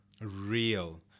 real